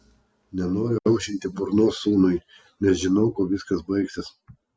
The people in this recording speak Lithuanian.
nenoriu aušinti burnos sūnui nes žinau kuo viskas baigsis